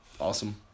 awesome